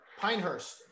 Pinehurst